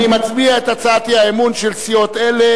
נצביע על הצעת האי-אמון של סיעות אלה